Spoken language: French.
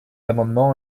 amendement